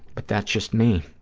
but that's just me.